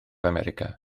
america